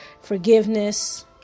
forgiveness